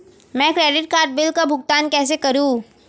मैं credit card bill का भुगतान कैसे करूं?